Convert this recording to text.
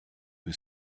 was